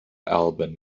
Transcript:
alban